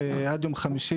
עד יום חמישי,